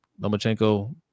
Lomachenko